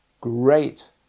great